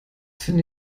finde